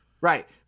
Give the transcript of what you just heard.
right